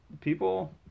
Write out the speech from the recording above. People